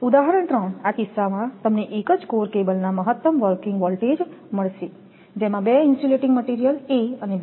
ઉદાહરણ 3 આ કિસ્સામાં તમને એક જ કોર કેબલના મહત્તમ વર્કિંગ વોલ્ટેજ મળશે જેમાં બે ઇન્સ્યુલેટીંગ મટિરિયલ A અને B છે